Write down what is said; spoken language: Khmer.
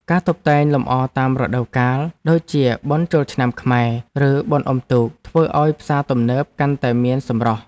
ការតុបតែងលម្អតាមរដូវកាលដូចជាបុណ្យចូលឆ្នាំខ្មែរឬបុណ្យអុំទូកធ្វើឱ្យផ្សារទំនើបកាន់តែមានសម្រស់។